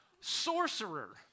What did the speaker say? sorcerer